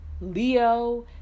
leo